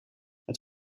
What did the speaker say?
het